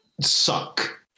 suck